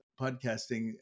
podcasting